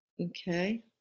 okay